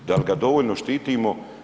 Da li ga dovoljno štitimo?